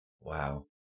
Wow